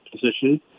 position